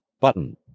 Button